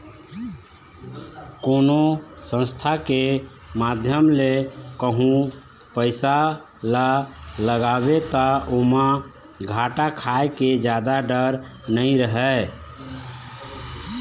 कोनो संस्था के माध्यम ले कहूँ पइसा ल लगाबे ता ओमा घाटा खाय के जादा डर नइ रहय